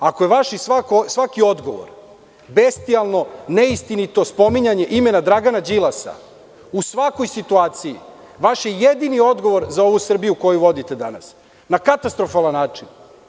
Ako je svaki vaš odgovor bestijalno, neistinito spominjanje imena Dragana Đilasa u svakoj situaciji jedini odgovor za ovu Srbiju koju vodite danas na katastrofalan način…